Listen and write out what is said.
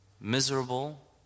miserable